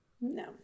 No